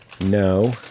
No